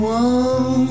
one